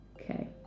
Okay